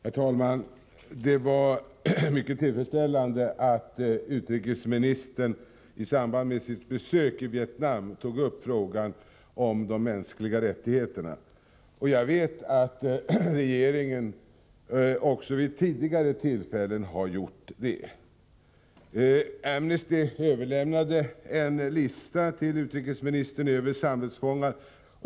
Herr talman! Det var mycket tillfredsställande att utrikesministern i samband med sitt besök i Vietnam tog upp frågan om de mänskliga rättigheterna. Jag vet att regeringen också vid tidigare tillfällen gjort det. Amnesty överlämnade till utrikesministern en lista över samvetsfångar.